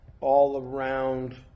all-around